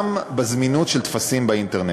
גם בזמינות של טפסים באינטרנט.